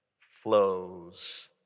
flows